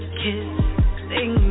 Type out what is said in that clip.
kissing